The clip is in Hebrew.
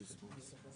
לרביזיה על